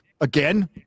again